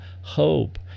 hope